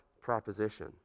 proposition